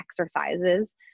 exercises